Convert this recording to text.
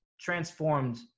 transformed